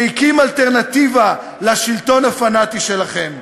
שהקים אלטרנטיבה לשלטון הפנאטי שלכם.